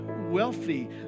wealthy